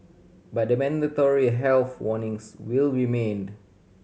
but the mandatory health warnings will remained